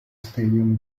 stadium